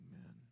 amen